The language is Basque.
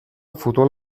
futbol